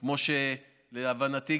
להבנתי,